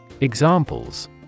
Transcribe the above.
Examples